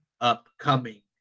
Upcoming